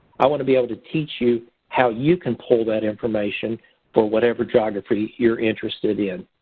i want to be able to teach you how you can pull that information for whatever geography you're interested in.